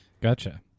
gotcha